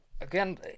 again